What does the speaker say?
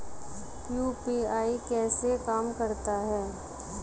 UPI कैसे काम करता है?